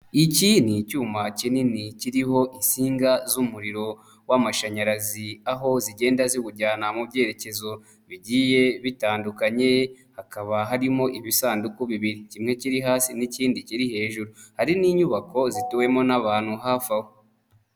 Iki ni icyuma kinini kiriho impsinga z'umuriro w'amashanyarazi, aho zigenda ziwujyana mu byerekezo bigiye bitandukanye, hakaba harimo ibisanduku bibiri. Kimwe kiri hasi n'ikindi kiri hejuru. Hari n'inyubako zituwemo n'abantu hafi aho.